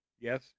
Yes